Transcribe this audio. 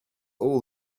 all